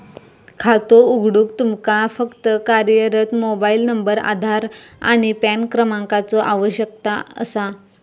खातो उघडूक तुमका फक्त कार्यरत मोबाइल नंबर, आधार आणि पॅन क्रमांकाचो आवश्यकता असा